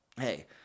hey